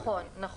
נכון, נכון.